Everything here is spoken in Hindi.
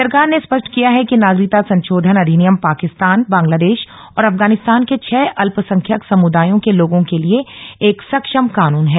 सरकार ने स्पष्ट किया है कि नागरिकता संशोधन अधिनियम पाकिस्तान बांग्लादेश और अफगानिस्तान के छह अल्पसंख्यक समुदायों के लोगों के लिए एक सक्षम कानून है